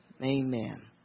Amen